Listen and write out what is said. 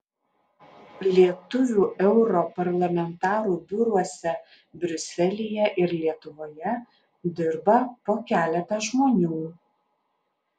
lietuvių europarlamentarų biuruose briuselyje ir lietuvoje dirba po keletą žmonių